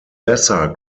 lesser